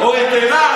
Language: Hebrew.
דקה.